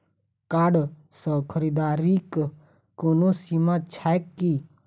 Card सँ खरीददारीक कोनो सीमा छैक की?